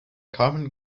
carmen